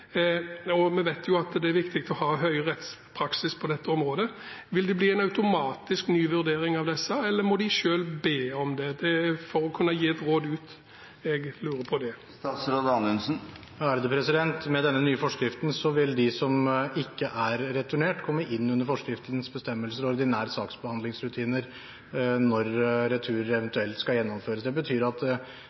og vi vet jo at det er viktig å ha en høy rettspraksis på dette området. Vil det automatisk bli en ny vurdering av disse, eller må de selv be om det? Det er for å kunne gi et råd ut jeg lurer på det. Med denne nye forskriften vil de som ikke er returnert, komme inn under forskriftens bestemmelser og ordinære saksbehandlingsrutiner når retur eventuelt skal gjennomføres. Det betyr at